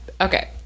Okay